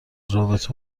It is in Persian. رابطه